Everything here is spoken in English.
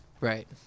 Right